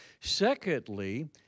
Secondly